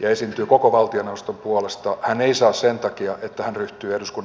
ja esiintyy koko valtioneuvoston puolesta hän ei saa sen takia että hän ryhtyy eduskunnan puhemieheksi